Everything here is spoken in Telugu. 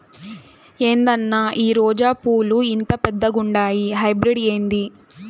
ఏందన్నా ఈ రోజా పూలు ఇంత పెద్దగుండాయి హైబ్రిడ్ ఏంది